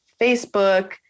Facebook